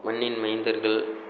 மண்ணின் மைந்தர்கள்